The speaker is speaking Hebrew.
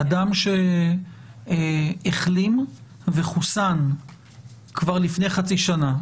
אדם שהחלים וחוסן כבר לפני חצי שנה,